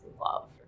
love